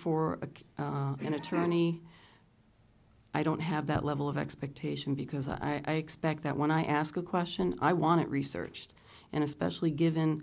for a an attorney i don't have that level of expectation because i expect that when i ask a question i want researched and especially given